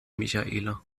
michaela